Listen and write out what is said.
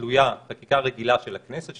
שתלויה חקיקה רגילה של הכנסת,